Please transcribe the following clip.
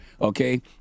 okay